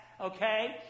okay